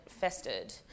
festered